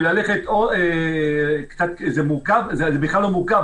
זה בכלל לא מורכב,